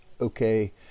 okay